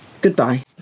Goodbye